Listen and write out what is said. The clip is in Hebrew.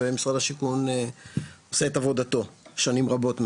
ומשרד השיכון עושה את עבודתו שנים רבות מאוד.